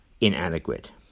inadequate